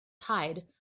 tied